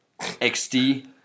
XD